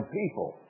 people